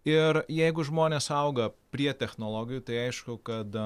ir jeigu žmonės auga prie technologijų tai aišku kad